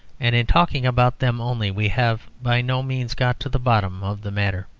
and in talking about them only we have by no means got to the bottom of the matter.